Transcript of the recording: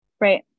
Right